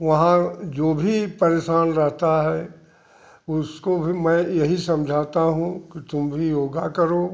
वहाँ जो भी परेशान रहता है उसको भी मैं यही समझाता हूँ कि तुम भी योग करो